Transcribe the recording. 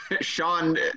Sean